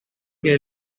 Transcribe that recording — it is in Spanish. que